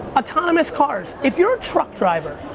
autonomous cars. if you're a truck driver,